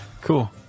Cool